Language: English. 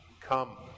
Come